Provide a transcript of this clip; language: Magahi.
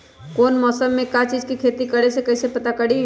कौन मौसम में का चीज़ के खेती करी कईसे पता करी?